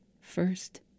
first